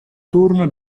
turno